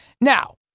Now